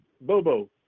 Bobo